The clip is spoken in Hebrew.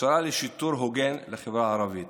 הכשרה לשיטור הוגן לחברה הערבית.